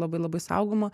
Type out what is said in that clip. labai labai saugoma